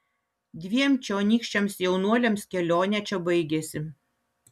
dviem čionykščiams jaunuoliams kelionė čia baigėsi